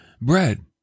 bread